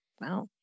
Wow